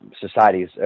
societies